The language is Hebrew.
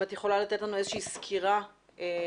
אם את יכולה לתת לנו איזושהי סקירה קצרה